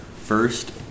First